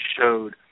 showed